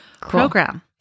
program